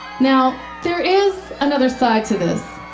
now there is another side to this.